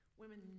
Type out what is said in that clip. women